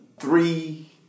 three